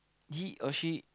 he or she